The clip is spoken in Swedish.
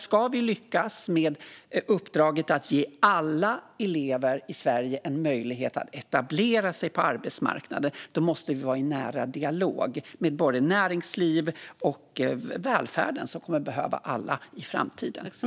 Ska vi lyckas med uppdraget att ge alla elever i Sverige en möjlighet att etablera sig på arbetsmarknaden tror jag att det måste finnas en nära dialog med både näringslivet och välfärden, som i framtiden kommer att behöva alla den kan få.